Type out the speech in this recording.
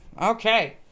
Okay